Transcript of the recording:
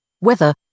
weather